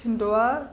थींदो आहे